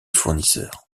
fournisseurs